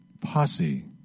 posse